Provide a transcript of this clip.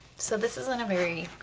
so this isn't a very,